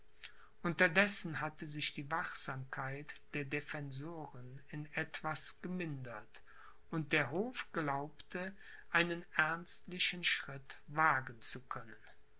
unterdessen hatte sich die wachsamkeit der defensoren in etwas gemindert und der hof glaubte einen ernstlichen schritt wagen zu können